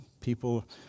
people